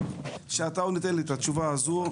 כשאתה נותן לי את התשובה הזאת,